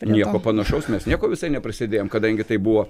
nieko panašaus mes nieko visai neprisidėjom kadangi tai buvo